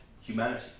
humanity